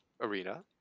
Arena